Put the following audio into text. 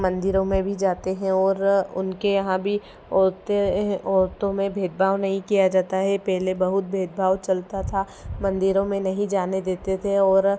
मंदिरों में भी जाते हैं और उनके यहाँ भी औरतें औरतों में भेदभाव नहीं किया जाता है पहले बहुत भेदभाव चलता था मंदिरों में नहीं जाने देते थे और